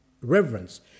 reverence